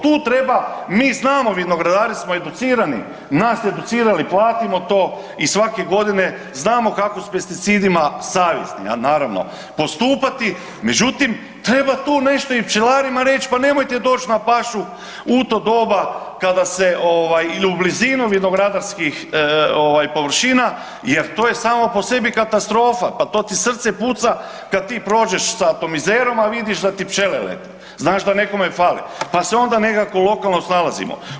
Tu treba, mi znamo, vinogradari smo educirani, nas educiraju ili platimo to i svake godine znamo kako s pesticidima savjesno, a naravno postupati, međutim treba tu nešto i pčelarima reć, pa nemojte doć na pašu u to doba kada se ovaj ili u blizinu vinogradarskih ovaj površina jer to je samo po sebi katastrofa, pa to ti srce puca kad ti prođeš sa pomizerom, a vidiš da ti pčele lete, znaš da nekome fale, pa se onda nekako lokalno snalazimo.